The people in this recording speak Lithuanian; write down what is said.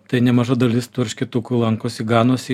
tai nemaža dalis tų eršketukų lankosi ganosi